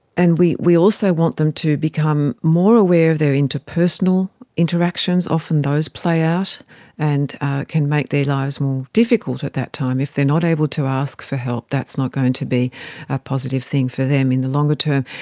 and we we also want them to become more aware of their interpersonal interactions, often those play out and can make their lives more difficult at that time. if they're not able to ask for help, that's not going to be a positive thing for them in the longer term.